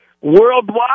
Worldwide